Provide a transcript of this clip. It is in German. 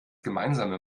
gemeinsame